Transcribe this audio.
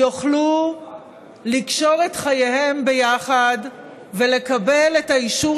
יוכלו לקשור את חייהם ביחד ולקבל את האישור